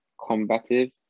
combative